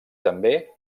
també